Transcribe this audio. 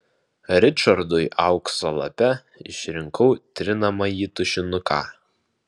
ričardui aukso lape išrinkau trinamąjį tušinuką